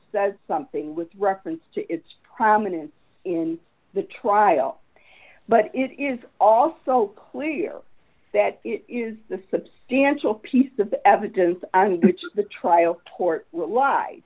says something with reference to its prominence in the trial but it is also clear that it is the substantial piece of evidence which the trial court relie